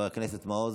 חבר הכנסת מעוז,